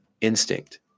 instinct